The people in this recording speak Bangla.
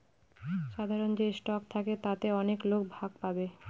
সাধারন যে স্টক থাকে তাতে অনেক লোক ভাগ পাবে